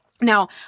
Now